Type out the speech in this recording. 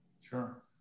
Sure